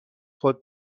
خود